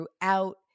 throughout